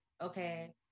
okay